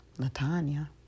LaTanya